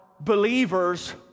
believers